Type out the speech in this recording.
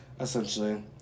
essentially